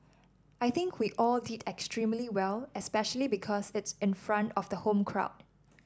I think we all did extremely well especially because it's in front of the home crowd